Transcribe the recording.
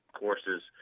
courses